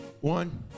one